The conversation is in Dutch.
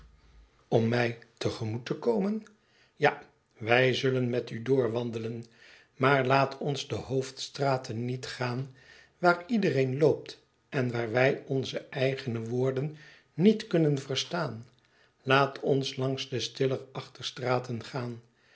om mij te gemoet te komen ja wij zullen met u doorwandelen maar laat ons de hoofdstraten niet gaan waar iedereen loopt en waar wij onze eigene woorden niet kunnen verstaan laat ons langs de stiller achterstraten gaan